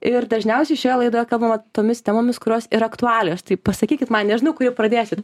ir dažniausiai šioje laidoje kalbam tomis temomis kurios yra aktualijos tai pasakykit man nežinau kuri pradėsit